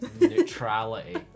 neutrality